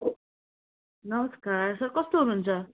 नमस्कार सर कस्तो हुनुहुन्छ